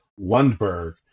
Lundberg